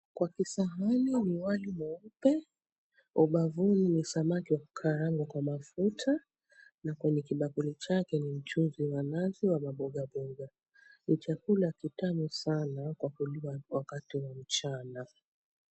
Kwa kisahani kuna wali mweupe, ubavuni kuna samaki wa kukaanga kwa mafuta, na kwenye kibakuli chake kuna mchuzi wa nazi wa maboga. Ni chakula kitamu sana kwa kuliwa wakati wa mchana.